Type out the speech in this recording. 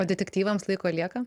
detektyvams laiko lieka